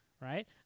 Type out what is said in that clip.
right